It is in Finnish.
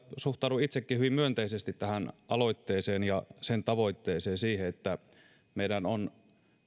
suhtaudun itsekin hyvin myönteisesti tähän aloitteeseen ja sen tavoitteeseen siihen että meidän on